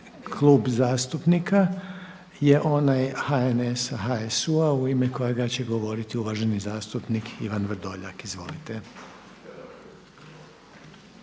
klub zastupnika je onaj HNS-a, HSU-a u ime kojega će govoriti uvaženi zastupnik Ivan Vrdoljak. Izvolite.